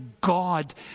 God